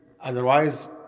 Otherwise